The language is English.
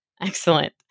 Excellent